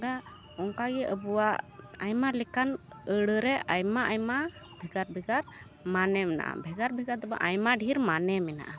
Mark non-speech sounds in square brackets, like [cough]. ᱚᱱᱠᱟᱜᱮ ᱟᱵᱚᱣᱟᱜ ᱟᱭᱢᱟ ᱞᱮᱠᱟᱱ ᱟᱹᱲᱟᱹᱨᱮ ᱟᱭᱢᱟ ᱟᱭᱢᱟ ᱵᱷᱮᱜᱟᱨ ᱵᱷᱮᱜᱟᱨ ᱢᱟᱱᱮ ᱢᱮᱱᱟᱜᱼᱟ ᱵᱷᱮᱜᱟᱨ ᱵᱷᱮᱜᱟᱨᱫᱚ [unintelligible] ᱟᱭᱢᱟ ᱰᱷᱮᱨ ᱢᱟᱱᱮ ᱢᱮᱱᱟᱜᱼᱟ